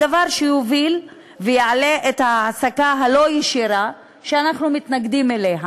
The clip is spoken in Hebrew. דבר שיוביל ויעלה את ההעסקה הלא-ישירה שאנחנו מתנגדים לה.